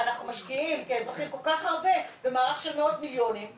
אנחנו משקיעים כאזרחים כל כך הרבה במערך של מאות מיליונים.